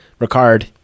Ricard